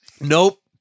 Nope